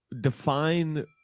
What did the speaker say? Define